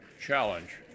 challenge